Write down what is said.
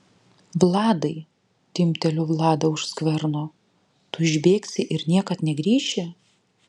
vladai timpteliu vladą už skverno tu išbėgsi ir niekad negrįši